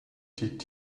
did